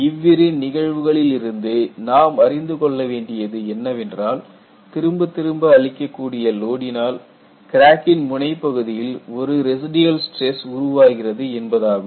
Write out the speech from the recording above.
இவ்விரு நிகழ்வுகளிலிருந்து நாம் அறிந்து கொள்ளவேண்டியது என்னவென்றால் திரும்பத் திரும்ப அளிக்கக்கூடிய லோடினால் கிராக்கின் முனைப்பகுதியில் ஒரு ரெசிடியல் ஸ்டிரஸ் உருவாகிறது என்பதாகும்